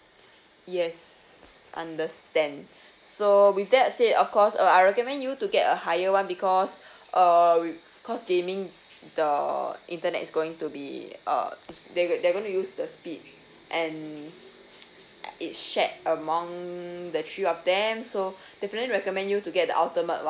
yes understand so with that said of course uh I recommend you to get a higher one because uh because gaming the internet is going to be uh it's they going to they going to use the speed and it shared among the three of them so definitely recommend you to get the ultimate one